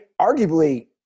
arguably